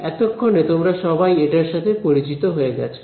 এতক্ষণে তোমরা সবাই এটার সাথে পরিচিত হয়ে গেছে